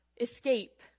escape